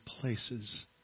places